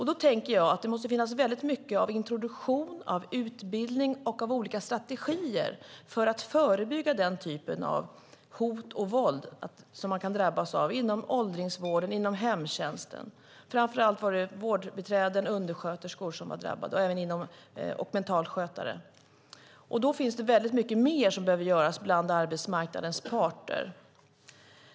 Då tänker jag att det måste finnas väldigt mycket av introduktion, utbildning och olika strategier för att förebygga den typen av hot och våld som man kan drabbas av inom åldringsvården och hemtjänsten. Framför allt var det vårdbiträden, undersköterskor och mentalskötare som var drabbade. Då finns det väldigt mycket mer som behöver göras av arbetsmarknadens parter.